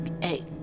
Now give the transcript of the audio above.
Hey